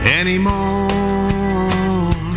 anymore